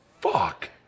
fuck